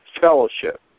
fellowship